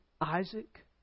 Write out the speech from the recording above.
Isaac